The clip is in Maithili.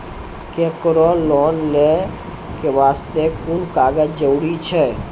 केकरो लोन लै के बास्ते कुन कागज जरूरी छै?